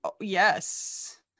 Yes